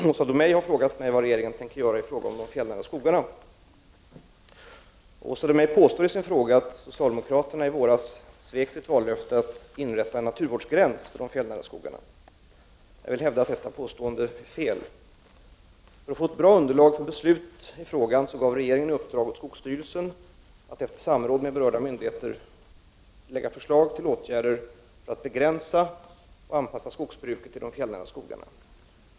Herr talman! Åsa Domeij har frågat mig vad regeringen tänker göra i fråga om de fjällnära skogarna. Åsa Domeij påstår i sin fråga att socialdemokraterna i våras svek sitt vallöfte om att inrätta en naturvårdsgräns för de fjällnära skogarna. Jag vill hävda att detta påstående är fel. För att få ett bra underlag för beslut i frågan gav regeringen i uppdrag åt skogsstyrelsen att efter samråd med berörda myndigheter lägga förslag till åtgärder för att begränsa och anpassa skogsbruket i de fjällnära skogarna.